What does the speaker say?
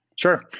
Sure